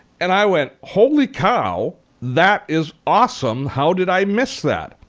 and i went holy cow, that is awesome! how did i miss that?